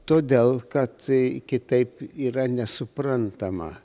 todėl kad kitaip yra nesuprantama